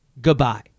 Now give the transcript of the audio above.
goodbye